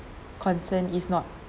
concern is not